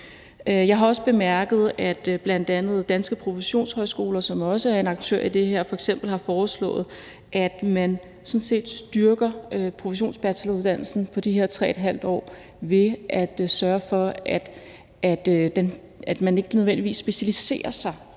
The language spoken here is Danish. Jeg har også bemærket, at bl.a. Danske Professionshøjskoler, som også er en aktør i det her, f.eks. har foreslået, at man sådan set styrker professionsbacheloruddannelsen på de 3½ år ved at sørge for, at man ikke nødvendigvis allerede specialiserer sig